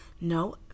no